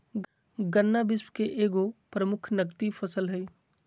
गन्ना विश्व के एगो प्रमुख नकदी फसल हइ